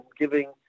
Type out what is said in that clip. giving